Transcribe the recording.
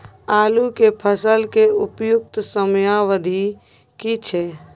आलू के फसल के उपयुक्त समयावधि की छै?